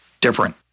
different